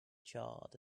charred